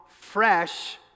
fresh